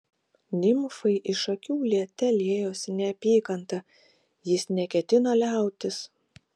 nimfai iš akių liete liejosi neapykanta jis neketino liautis